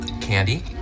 candy